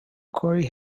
corey